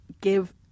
give